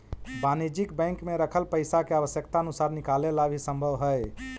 वाणिज्यिक बैंक में रखल पइसा के आवश्यकता अनुसार निकाले ला भी संभव हइ